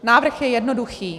Návrh je jednoduchý.